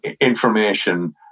information